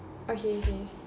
okay okay